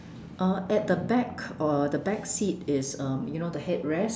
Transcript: uh at the back uh the backseat is um you know the headrest